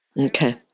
okay